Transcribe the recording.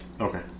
Okay